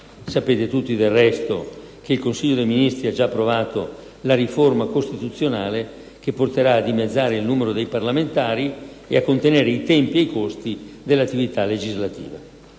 Sapete tutti, del resto, che il Consiglio dei ministri ha già approvato la riforma costituzionale che porterà a dimezzare il numero dei parlamentari e a contenere i tempi e i costi dell'attività legislativa.